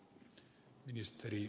arvoisa puhemies